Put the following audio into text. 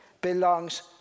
belongs